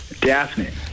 Daphne